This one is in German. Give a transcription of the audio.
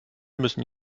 müssen